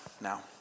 now